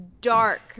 dark